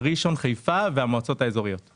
תל